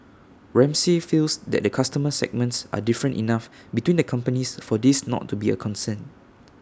Ramsay feels that the customer segments are different enough between the companies for this not to be A concern